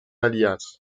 alias